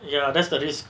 ya that's the risk